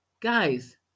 Guys